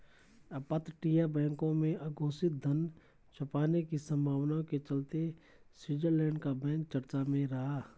अपतटीय बैंकों में अघोषित धन छुपाने की संभावना के चलते स्विट्जरलैंड का बैंक चर्चा में रहा